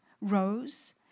rose